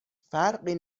فرقی